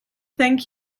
thank